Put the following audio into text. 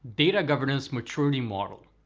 data governance maturity model.